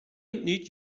need